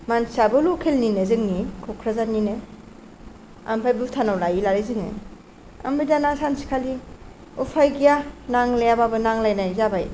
मानसियाबो लकेलनिनो जोंनि क'क्राझारनिनो आमफाय भुटानाव लायो नालाय जोङो ओमफाय दाना सानसेखालि उफाय गैया नांलायाबाबो नांलायनाय जाबाय